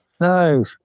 No